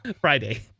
Friday